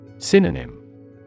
Synonym